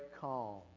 calm